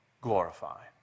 glorify